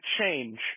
change